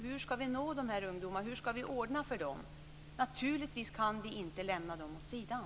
Hur skall vi nå dessa ungdomar? Hur skall vi ordna för dem? Naturligtvis kan vi inte lämna dem åt sidan.